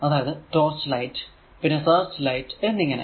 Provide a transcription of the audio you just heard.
അതായതു torch light പിന്നെ search light എന്നിങ്ങനെ